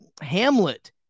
Hamlet